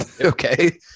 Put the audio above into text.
okay